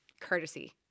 courtesy